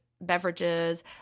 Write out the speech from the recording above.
beverages